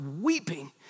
weeping